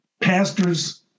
pastors